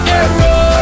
error